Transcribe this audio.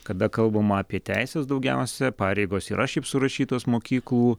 kada kalbama apie teises daugiausia pareigos yra šiaip surašytos mokyklų